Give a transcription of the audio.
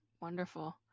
Wonderful